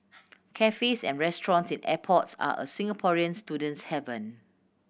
cafes and restaurants in airports are a Singaporean student's haven